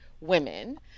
women